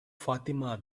fatima